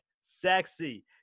sexy